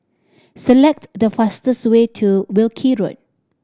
select the fastest way to Wilkie Road